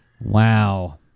Wow